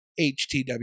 HTW